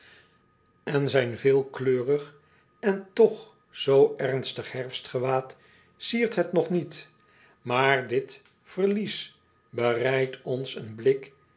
en potlood eel rig en toch zoo ernstig herfstgewaad siert het nog niet aar dit verlies bereidt ons een blik